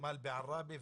ותמ"ל בעראבה,